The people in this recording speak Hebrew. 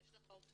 ויש לך עובדים